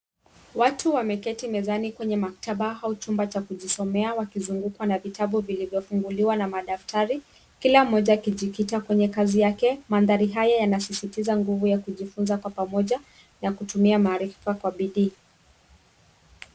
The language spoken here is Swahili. Watu wameketi mezani kwenye maktaba au chumba cha kujisomea wakizungukwa na vitabu vilivyofunguliwa na madaftari kila mmoja akijikita kwenye kazi yake . Mandhari haya yanasisitiza nguvu ya kujifunza kwa pamoja na kutumia maarifa kwa bidii.